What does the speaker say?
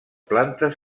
plantes